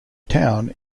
town